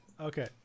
Okay